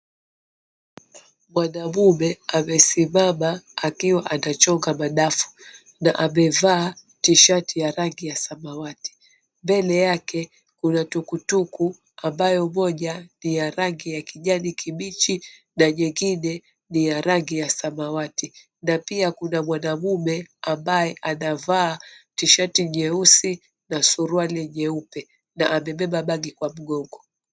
Mwanamume amesimama akiwa anachonga madafu na amevaa tishati ya rangi ya samawati. Mbele yake kuna tukutuku ambayo moja ni ya rangi ya kijani kibichi na nyingine ni ya rangi ya samawati na pia kuna mwanamume ambaye anavaa tishati nyeusi na suruali nyeupe na amebeba bagi kwa mgongo.